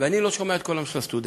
ואני לא שומע את קולם של הסטודנטים.